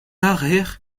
nachher